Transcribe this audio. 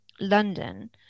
london